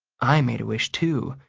i made a wish, too,